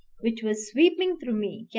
which was sweeping through me,